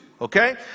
okay